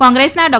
કોંગ્રેસના ડો